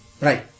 Right